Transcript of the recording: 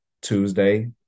Tuesday